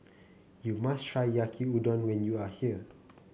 you must try Yaki Udon when you are here